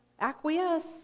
acquiesce